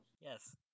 Yes